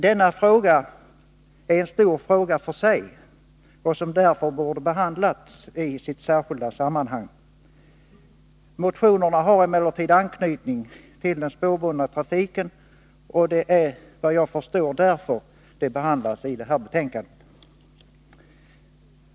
Denna fråga är en stor fråga för sig, som därför borde behandlats i sitt särskilda sammanhang. Motionerna har emellertid anknytning till den spårbundna trafiken och det är, såvitt jag förstår, därför de behandlas i detta betänkande.